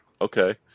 Okay